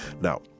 now